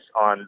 on